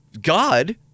God